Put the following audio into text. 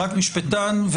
רק משפטן,